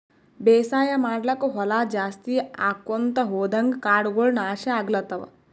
ಬೇಸಾಯ್ ಮಾಡ್ಲಾಕ್ಕ್ ಹೊಲಾ ಜಾಸ್ತಿ ಆಕೊಂತ್ ಹೊದಂಗ್ ಕಾಡಗೋಳ್ ನಾಶ್ ಆಗ್ಲತವ್